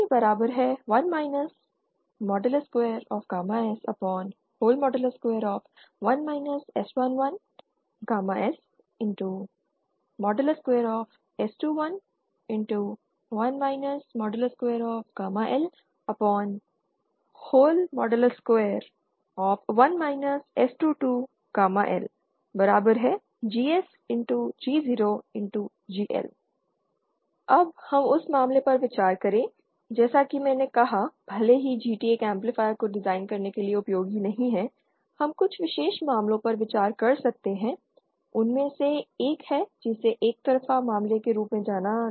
S120 GT1 S21 S11S2S2121 L21 S22L2GSG0GL अब हम उस मामले पर विचार करें जैसा कि मैंने कहा भले ही GT एक एम्पलीफायर को डिजाइन करने के लिए उपयोगी नहीं है हम कुछ विशेष मामलों पर विचार कर सकते हैं उनमें से एक है जिसे एकतरफा मामले के रूप में जाना जाता है